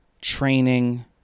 Training